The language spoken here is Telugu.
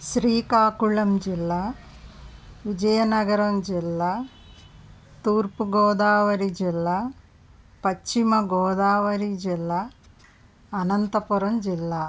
శ్రీకాకుళం జిల్లా విజయనగరం జిల్లా తూర్పుగోదావరి జిల్లా పశ్చిమగోదావరి జిల్లా అనంతపురం జిల్లా